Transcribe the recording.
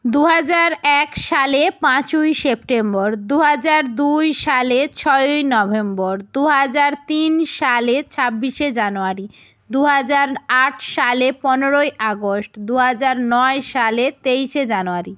দুহাজার এক সালে পাঁচই সেপ্টেম্বর দুহাজার দুই সালে ছয়ই নভেম্বর দুহাজার তিন সালে ছাব্বিশে জানুয়ারি দুহাজার আট সালে পনেরোই আগস্ট দুহাজার নয় সালে তেইশে জানুয়ারি